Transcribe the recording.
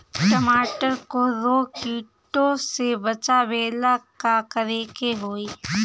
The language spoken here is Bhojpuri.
टमाटर को रोग कीटो से बचावेला का करेके होई?